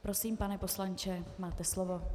Prosím, pane poslanče, máte slovo.